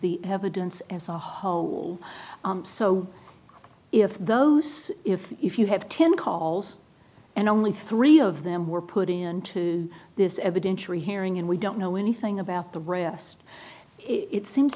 the evidence as a whole so if those if if you have ten calls and only three of them were put into this evidentiary hearing and we don't know anything about the rest it seems